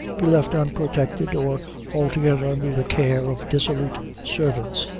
be left unprotected, or altogether under the care of dissolute servants,